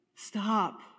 Stop